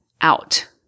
out